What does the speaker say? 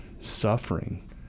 suffering